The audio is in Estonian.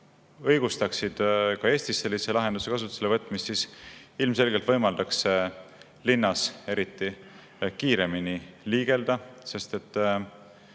õigustaksid ka Eestis sellise lahenduse kasutusele võtmist, siis ilmselgelt võimaldaks see inimestel eriti linnas kiiremini liigelda, sest